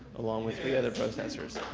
along with the other protesters.